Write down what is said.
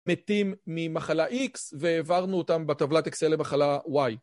מתים ממחלה X והעברנו אותם בטבלת אקסל למחלה Y.